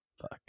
Fuck